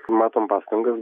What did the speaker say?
matom pastangas